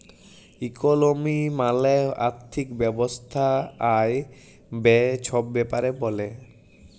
ইকলমি মালে আথ্থিক ব্যবস্থা আয়, ব্যায়ে ছব ব্যাপারে ব্যলে